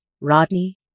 rodney